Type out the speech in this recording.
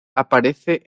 aparece